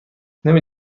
نمی